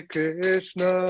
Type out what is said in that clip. Krishna